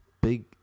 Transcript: big